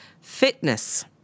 Fitness